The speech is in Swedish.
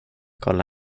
kolla